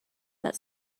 that